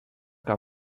que